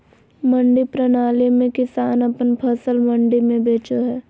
मंडी प्रणाली में किसान अपन फसल मंडी में बेचो हय